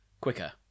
quicker